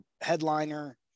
headliner